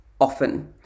often